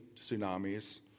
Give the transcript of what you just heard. tsunamis